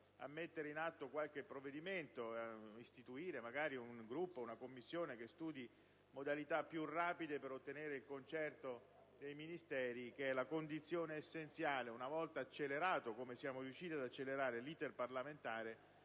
a mettere in atto qualche provvedimento, istituendo magari una commissione che studi modalità più rapide per ottenere il concerto dei Ministeri: condizione essenziale, questa - una volta accelerato, come siamo riusciti a fare, l'*iter* parlamentare